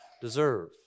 deserve